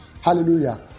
Hallelujah